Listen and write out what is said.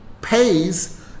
pays